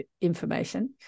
information